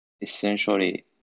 essentially